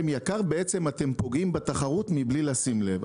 יקר ובעצם אתם פוגעים בתחרות מבלי לשים לב.